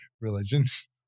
religions